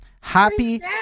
happy